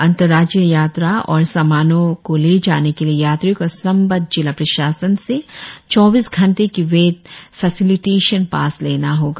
अंतर्राज्यीय और सामानों की आवाजाही के लिए यात्रियों को संबद्ध जिला प्रशासन से चौबीस घंटे की वैध फेसिलिटेशन पास लेना होगा